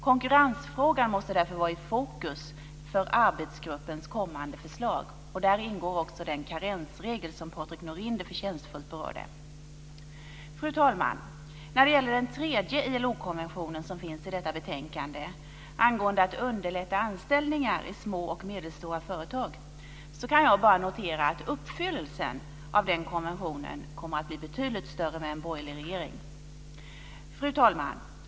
Konkurrensfrågan måste därför vara i fokus för arbetsgruppens kommande förslag. Där ingår också den karensregel som Patrik Norinder så förtjänstfullt berörde. Fru talman! När det gäller den tredje ILO konvention som finns i detta betänkande, angående underlättandet av anställningar i små och medelstora företag, så kan jag bara notera att uppfyllelsen av den konventionen kommer att bli betydligt större med en borgerlig regering. Fru talman!